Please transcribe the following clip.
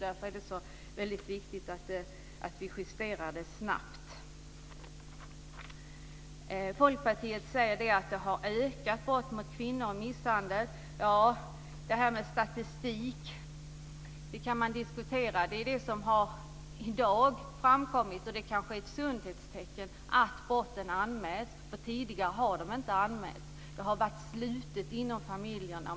Därför är det viktigt att vi snabbt justerar det här. Folkpartiet säger att brott mot och misshandel av kvinnor har ökat. Ja, det här med statistik kan man diskutera. Det som i dag har framkommit, och det kanske är ett sundhetstecken, är att brotten anmäls. Tidigare har de inte anmälts. Det har varit slutet inom familjerna.